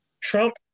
Trump